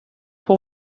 pour